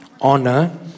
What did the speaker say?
honor